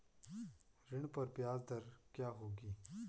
ऋण पर ब्याज दर क्या होगी?